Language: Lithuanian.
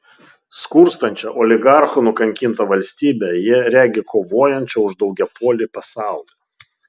skurstančią oligarchų nukankintą valstybę jie regi kovojančią už daugiapolį pasaulį